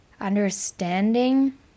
understanding